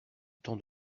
temps